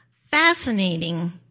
fascinating